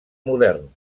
modern